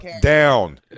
down